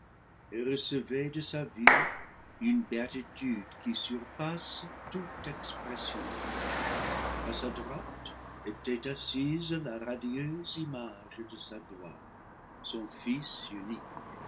recevaient de sa vue une béatitude qui surpasse toute expression à sa droite était assise la radieuse image de sa gloire son fils unique